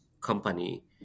company